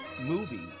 movie